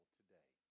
today